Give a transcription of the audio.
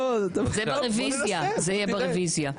זה יהיה ברביזיה.